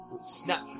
Snap